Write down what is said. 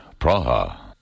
Praha